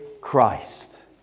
Christ